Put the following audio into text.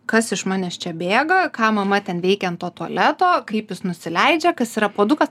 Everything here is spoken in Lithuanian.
kas iš manęs čia bėga ką mama ten veikia ant to tualeto kaip jis nusileidžia kas yra puodukas